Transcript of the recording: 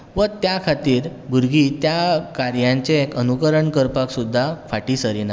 व त्या खातीर भुरगीं त्या कार्यांचें अनुकरण करपाक सुद्दां फाटीं सरनात